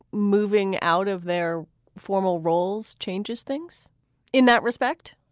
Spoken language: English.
moving out of their formal roles changes things in that respect?